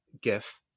GIF